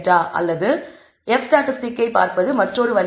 அல்லது F ஸ்டாட்டிஸ்டிக்கை பார்ப்பது மற்றொரு வழியாகும்